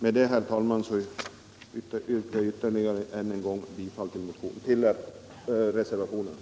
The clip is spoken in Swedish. Med detta, herr talman, yrkar jag ytterligare en gång bifall till reservationerna.